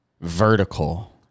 Vertical